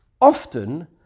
often